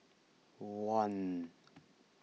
one